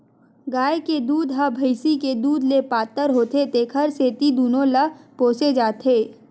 गाय के दूद ह भइसी के दूद ले पातर होथे तेखर सेती दूनो ल पोसे जाथे